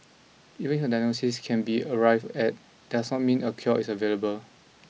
even if a diagnosis can be arrived at does not mean a cure is available